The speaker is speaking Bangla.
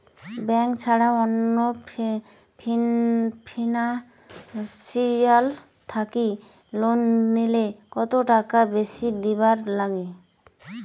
ব্যাংক ছাড়া অন্য ফিনান্সিয়াল থাকি লোন নিলে কতটাকা বেশি দিবার নাগে?